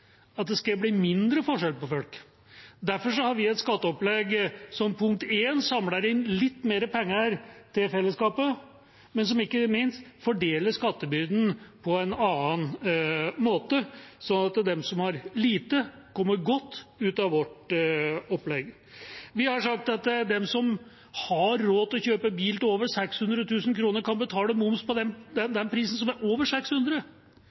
at det skal bli mindre forskjeller mellom folk. Derfor har vi et skatteopplegg som samler inn litt mer penger til fellesskapet, men som ikke minst fordeler skattebyrden på en annen måte, sånn at de som har lite, kommer godt ut av vårt opplegg. Vi har sagt at de som har råd til å kjøpe en bil til over 600 000 kr, kan betale moms på beløpet som overstiger 600